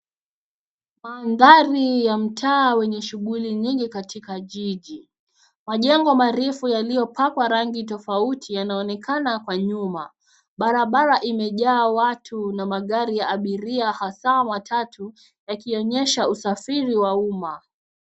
Mandhari ya mtaa wenye shughuli nyingi jiji. Majengo marefu yaliyopakwa rangi tofauti yanaonekana kwa nyuma. Barabara imejaa watu na magari ya abiria hasa watatu yakionyesha usafiri wa umma.